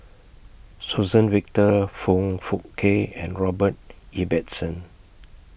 Suzann Victor Foong Fook Kay and Robert Ibbetson